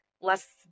less